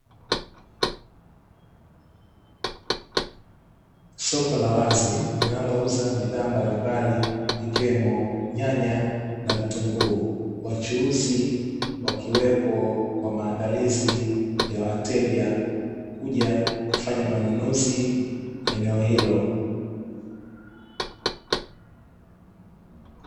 Soko la wazi linalouza bidhaa mbalimbali ikiwemo nyanya na vitunguu, wachuuzi wakiwepo kwa maandalizi ya wateja kuja kufanya manunuzi eneo hilo.